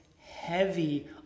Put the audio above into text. heavy